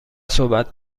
صحبت